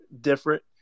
different